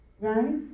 Right